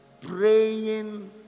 praying